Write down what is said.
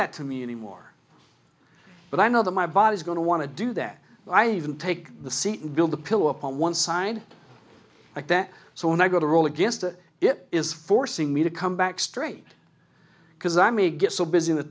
that to me anymore but i know that my body is going to want to do that i even take the seat and build the pillow up on one side like that so when i go to roll against it it is forcing me to come back straight because i may get so